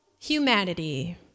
humanity